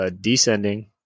Descending